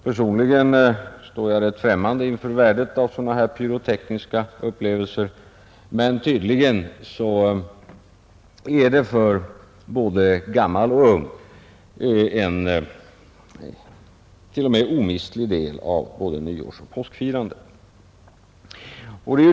Personligen står jag rätt främmande inför värdet av sådana pyrotekniska upplevelser, men tydligen är de för både gammal och ung en t.o.m. omistlig del av både nyårsoch påskfirandet.